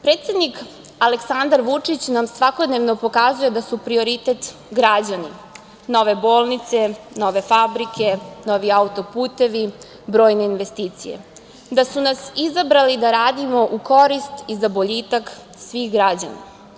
Predsednik Aleksandar Vučić, nam svakodnevno pokazuje da su prioritet građani, nove bolnice, nove fabrike, novi autoputevi, brojne investicije, da su nas izabrali da radimo u korist i za boljitak svih građana.